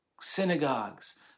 synagogues